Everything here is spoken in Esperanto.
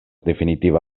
definitiva